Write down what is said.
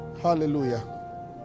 hallelujah